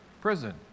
Prison